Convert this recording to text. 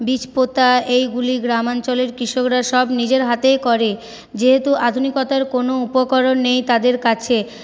বীজ পোঁতা এইগুলি গ্রাম অঞ্চলের কৃষকরা সব নিজের হাতেই করে যেহেতু আধুনিকতার কোন উপকরণ নেই তাদের কাছে